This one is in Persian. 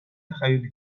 تخیلی